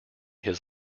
his